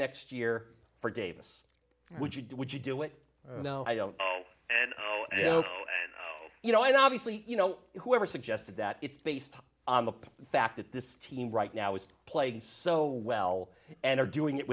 next year for davis would you do would you do it you know i don't and you know i mean obviously you know whoever suggested that it's based on the fact that this team right now is playing so well and are doing it